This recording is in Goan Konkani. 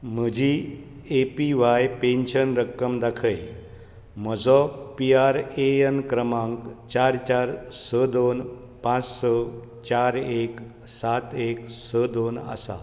म्हजी ए पी व्हाय पेन्शन रक्कम दाखय म्हजो पी आर ए एन क्रमांक चार चार स दोन पाच स चार एक सात एक स दोन आसा